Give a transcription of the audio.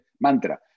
mantra